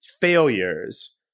failures